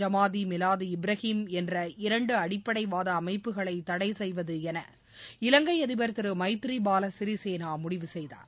ஜமாதி மிலாது இப்ராஹிம் என்ற இரண்டு அடிப்படைவாத அமைப்புகளை தடை செய்வதென இலங்கை அதிபர் திரு மைத்ரிபால சிறிசேன முடிவு செய்தார்